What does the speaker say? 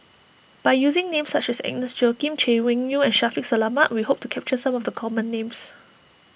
by using names such as Agnes Joaquim Chay Weng Yew and Shaffiq Selamat we hope to capture some of the common names